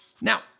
Now